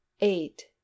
Eight